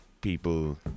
people